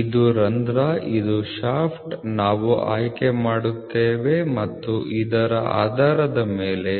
ಇದು ರಂಧ್ರ ಇದು ಶಾಫ್ಟ್ ನಾವು ಆಯ್ಕೆ ಮಾಡುತ್ತೇವೆ ಮತ್ತು ಇದರ ಆಧಾರದ ಮೇಲೆ